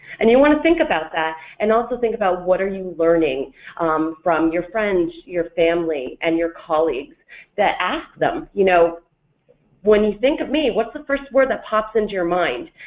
and you want to think about that and also think about what are you learning from your friends, your family, and your colleagues that ask them you know when you think of me, what's the first word that pops into your mind?